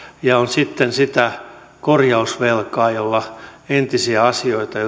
ja on sitten sitä korjausvelkaa jolla yritetään paikata entisiä asioita